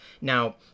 Now